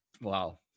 wow